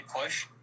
push